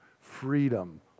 Freedom